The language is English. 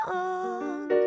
on